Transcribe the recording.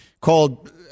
called